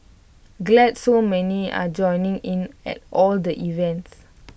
glad so many are joining in at all the events